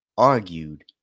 argued